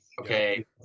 Okay